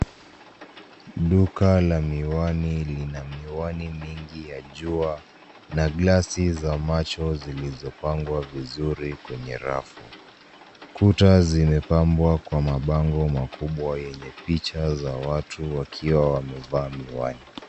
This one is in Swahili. Duka la miwani lina miwani mingi ya jua na glasi za macho zilizopangwa vizuri kwenye rafu. Kuta zimebambwa kwa mabango makubwa yenye picha za watu wakiwa wamevaa miwani.